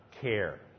care